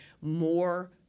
more